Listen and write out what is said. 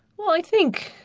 well i think,